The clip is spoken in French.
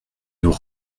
nos